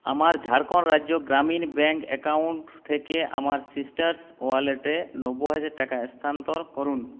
আমার Jharkhand Rajya Gramin bank account থেকে আমার সিস্টারস ওয়ালেটে নব্বই হাজার টাকা স্থানান্তর করুন